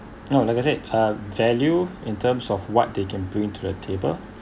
no like I said uh value in terms of what they can bring to the table